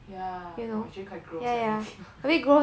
yeah oh actually quite gross if you think about it